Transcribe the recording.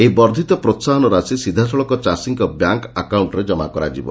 ଏହି ବର୍କ୍କିତ ପ୍ରୋହାହନ ରାଶି ସିଧାସଳଖ ଚାଷୀଙ୍କ ବ୍ୟାଙ୍କ୍ ଆକାଉକ୍କରେ କମା କରାଯିବ